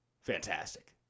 fantastic